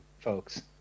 folks